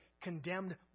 condemned